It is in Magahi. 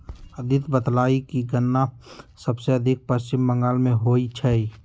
अदित्य बतलकई कि गन्ना सबसे अधिक पश्चिम बंगाल में होई छई